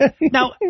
Now